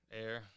Air